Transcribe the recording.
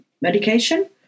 medication